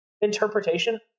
interpretation